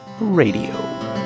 Radio